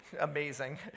Amazing